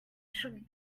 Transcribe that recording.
should